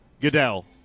Goodell